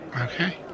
Okay